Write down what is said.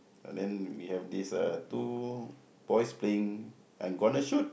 uh then we have these uh two boys playing I'm gonna shoot